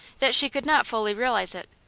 that she could not fully realize it.